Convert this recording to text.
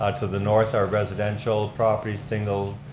ah to the north are residential properties, single,